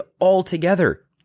altogether